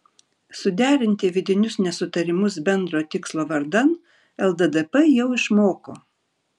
suderinti vidinius nesutarimus bendro tikslo vardan lddp jau išmoko